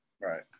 right